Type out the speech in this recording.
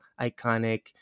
iconic